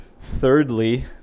Thirdly